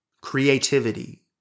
creativity